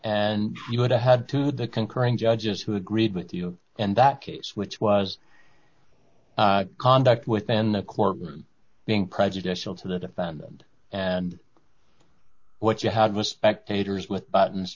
and you would have had to the concurring judges who agreed with you and that case which was conduct within the court being prejudicial to the defendant and what you had was spectators with buttons